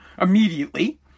immediately